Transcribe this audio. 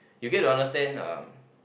you get to understand uh